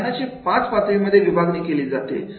ज्ञानाचे पाच पातळीमध्ये विभागणी केली जाते